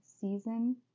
season